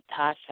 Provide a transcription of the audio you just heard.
Tasha